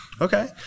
Okay